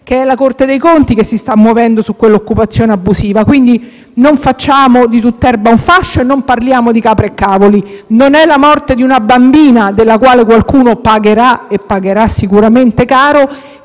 che è la Corte dei conti che si sta muovendo su quell'occupazione abusiva, quindi non facciamo di tutta l'erba un fascio, non parliamo di capra e cavoli. Non è la morte di una bambina - della quale qualcuno pagherà, e pagherà sicuramente caro